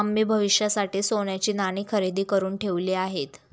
आम्ही भविष्यासाठी सोन्याची नाणी खरेदी करुन ठेवली आहेत